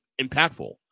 impactful